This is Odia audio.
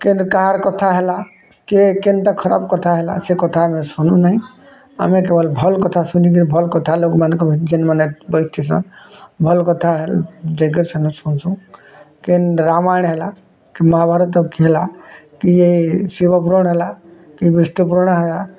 କେବେ କାହାର୍ କଥା ହେଲା କେ କେନ୍ତା ଖରାପ୍ କଥା ହେଲା ସେ କଥା ଆମେ ଶୁଣୁ ନାଇଁ ଆମେ କେବଲ୍ ଭଲ୍ କଥା ଶୁଣିକିରି ଭଲ୍ କଥା ଲୋକମାନଙ୍କୁ ଜେନ୍ ମାନେ ବୈଠୁସନ୍ ଭଲ୍ କଥା ଯାଇକରି ସେନେ ଶୁଣୁଛୁ କେନ୍ ରାମାୟଣ ହେଲା କି ମହାଭାରତ୍ ଖିଲା କି ଶିବ ପୂରାଣ୍ ହେଲା କି ବିଷ୍ଣୁ ପୁରାଣ ହେଲା